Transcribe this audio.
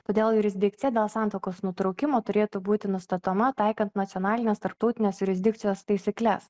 todėl jurisdikcija dėl santuokos nutraukimo turėtų būti nustatoma taikant nacionalines tarptautinės jurisdikcijos taisykles